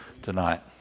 Tonight